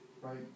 right